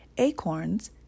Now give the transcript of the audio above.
Acorns